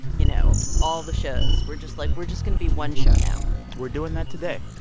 you know, all the shows were just like, we're just going to be one show now we're doing that today.